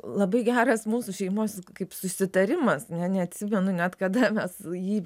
labai geras mūsų šeimos kaip susitarimas ne neatsimenu net kada mes jį